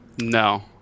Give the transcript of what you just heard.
No